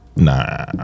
Nah